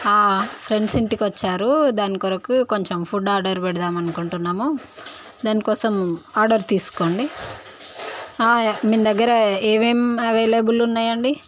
friends ఇంటికొచ్చారు దాని కొరకు కొంచెం ఫుడ్ ఆర్డర్ పెడదాం అనుకుంటున్నాము దాని కోసం ఆర్డర్ తీసుకోండి మీదగ్గర ఏమేమి అవైలబుల్ ఉన్నయండి